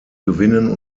gewinnen